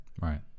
Right